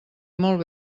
molt